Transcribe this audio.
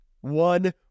One